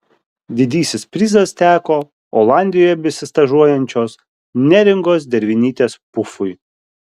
didysis prizas teko olandijoje besistažuojančios neringos dervinytės pufui